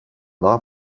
daha